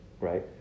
Right